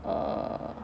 err